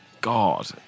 God